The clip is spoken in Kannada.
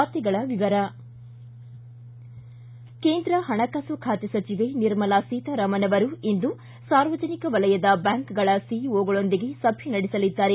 ವಾರ್ತೆಗಳ ವಿವರ ಕೇಂದ್ರ ಹಣಕಾಸು ಖಾತೆ ಸಚಿವ ನಿರ್ಮಲಾ ಸೀತಾರಾಮನ್ ಅವರು ಇಂದು ಸಾರ್ವಜನಿಕ ವಲಯದ ಬ್ಯಾಂಕ್ಗಳ ಸಿಇಒಗಳೊಂದಿಗೆ ಸಭೆ ನಡೆಸಲಿದ್ದಾರೆ